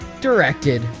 directed